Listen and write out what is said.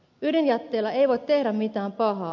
ydinjätteellä ei voi tehdä mitään pahaa